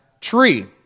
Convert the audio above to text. tree